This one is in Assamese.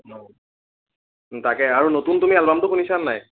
তাকে আৰু নতুন তুমি এল্বামটো শুনিছা নাই